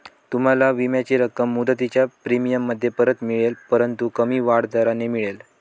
तुम्हाला विम्याची रक्कम मुदतीच्या प्रीमियममध्ये परत मिळेल परंतु कमी वाढ दराने मिळेल